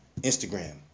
Instagram